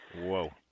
whoa